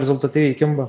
rezultatyviai kimba